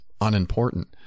unimportant